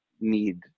need